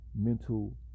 mental